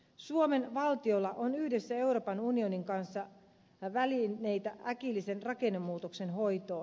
suomen valtiolla on yhdessä euroopan unionin kanssa välineitä äkillisen rakennemuutoksen hoitoon